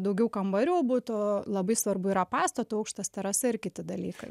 daugiau kambarių būtų labai svarbu yra pastato aukštas terasa ir kiti dalykai